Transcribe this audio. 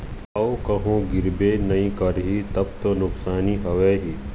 अऊ कहूँ गिरबे नइ करही तब तो नुकसानी हवय ही